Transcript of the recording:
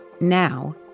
Now